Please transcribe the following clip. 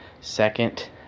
second